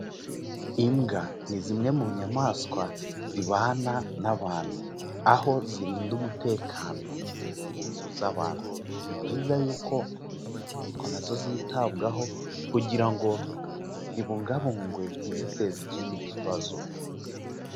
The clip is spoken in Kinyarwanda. Imbwa ni zimwe mu nyamaswa zibana n'abantu, aho zirinda umutekano w'inzu z'abantu. Ni byiza yuko izi nyamaswa na zo zitabwaho kugira ngo zibungabungwe ntiziteze ikindi kibazo.